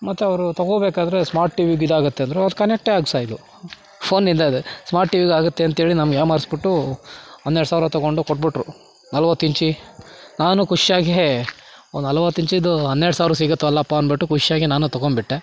ಮತ್ತು ಅವರು ತಗೋಬೇಕಾದ್ರೆ ಸ್ಮಾರ್ಟ್ ಟಿ ವಿಗೆ ಇದಾಗತ್ತೆ ಅಂದರು ಅದು ಕನೆಕ್ಟೇ ಆಗ್ಸಾಯ್ಲು ಫೋನಿಂದ ಅದೇ ಸ್ಮಾರ್ಟ್ ಟಿ ವಿಗಾಗತ್ತೆ ಅಂತೇಳಿ ನಮ್ಗೆ ಯಾಮಾರಿರ್ಸ್ಬಿಟ್ಟು ಹನ್ನೆರಡು ಸಾವಿರ ತಗೊಂಡು ಕೊಟ್ಬಿಟ್ರು ನಲ್ವತ್ತು ಇಂಚಿ ನಾನು ಖುಷ್ಯಾಗಿ ಓಹ್ ನಲ್ವತ್ತು ಇಂಚಿದು ಹನ್ನೆರಡು ಸಾವ್ರಕ್ಕೆ ಸಿಗತ್ತಲಪ್ಪ ಅನ್ಬಿಟ್ಟು ಖುಷ್ಯಾಗಿ ನಾನು ತೊಗೊಂಬಿಟ್ಟೆ